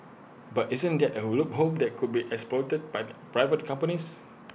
but isn't that A loophole that could be exploited by the private companies